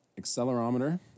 accelerometer